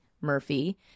Murphy